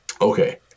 Okay